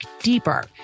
deeper